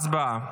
הצבעה.